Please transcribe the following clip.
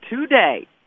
today